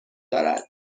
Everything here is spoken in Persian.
دارد